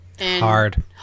Hard